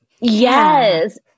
yes